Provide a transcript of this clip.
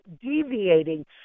deviating